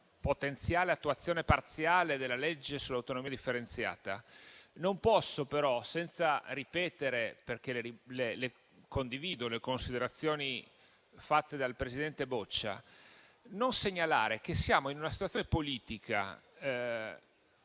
potenziale attuazione parziale della legge sull'autonomia differenziata, non posso però, senza ripetere - perché le condivido - le considerazioni fatte dal presidente Boccia, non segnalare che siamo in una situazione politica